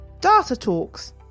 DataTalks